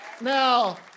Now